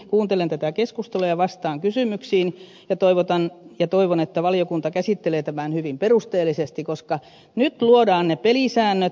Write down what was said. kuuntelen tätä keskustelua ja vastaan kysymyksiin ja toivon että valiokunta käsittelee tämän hyvin perusteellisesti koska nyt luodaan ne pelisäännöt